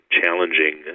challenging